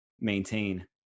maintain